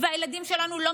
לילדים החמודים שלנו.